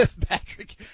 Patrick